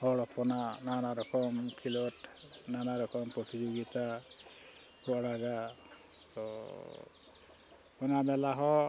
ᱦᱚᱲ ᱦᱚᱯᱚᱱᱟᱜ ᱱᱟᱱᱟ ᱨᱚᱠᱚᱢ ᱠᱷᱮᱞᱳᱸᱰ ᱱᱟᱱᱟ ᱨᱚᱠᱚᱢ ᱯᱨᱚᱛᱤᱡᱳᱜᱤᱛᱟ ᱠᱚ ᱟᱲᱟᱜᱟ ᱛᱚ ᱚᱱᱟ ᱢᱮᱞᱟ ᱦᱚᱸ